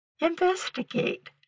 Investigate